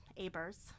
abers